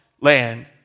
land